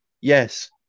yes